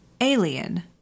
Alien